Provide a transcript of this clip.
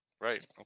Right